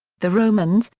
the romans,